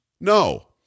No